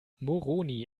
moroni